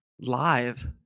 live